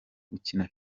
gukina